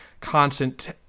constant